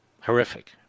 Horrific